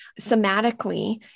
somatically